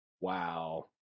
Wow